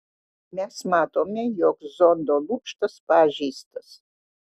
mes matome jog zondo lukštas pažeistas